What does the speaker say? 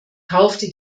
kaufte